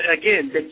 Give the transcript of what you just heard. again